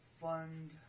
fund